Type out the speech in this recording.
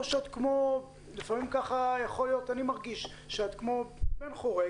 שאת לפעמים ככה יכול להיות אני מרגיש את כמו בן חורג,